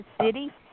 City